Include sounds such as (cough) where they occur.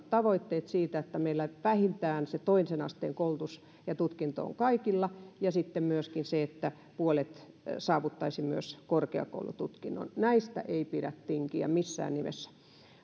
(unintelligible) tavoitteet siitä että meillä vähintään se toisen asteen koulutus ja tutkinto on kaikilla ja sitten myöskin se että puolet saavuttaisivat myös korkeakoulututkinnon näistä ei pidä tinkiä missään nimessä